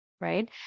Right